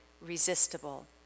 resistible